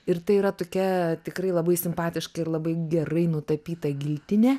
ir tai yra tokia tikrai labai simpatiška ir labai gerai nutapyta giltinė